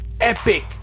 epic